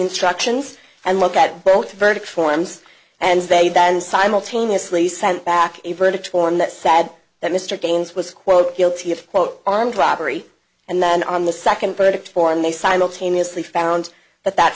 instructions and look at both the verdict forms and they then simultaneously sent back a verdict form that sad that mr gaines was quote guilty of quote armed robbery and then on the second verdict form they simultaneously found that that